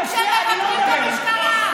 אפילו הציעו לך לדחות בשבוע,